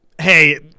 hey